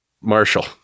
Marshall